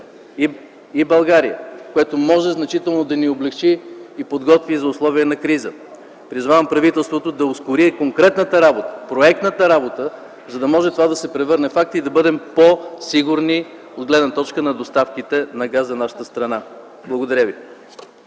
и България. Това може значително да ни облекчи и подготви за условия на криза. Призовавам правителството да ускори конкретната проектна работа, за да може това да се превърне във факт и да бъдем по сигурни от гледна точка на доставките на газ за нашата страна. Благодаря ви.